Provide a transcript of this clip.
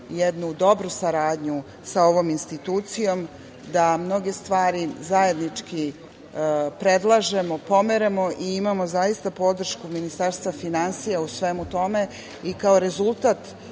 jednu dobru saradnju sa ovom institucijom, da mnoge stvari zajednički predlažemo, pomeramo i imamo zaista podršku Ministarstva finansija u svemu tome. Kao rezultat